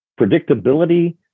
predictability